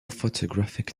photographic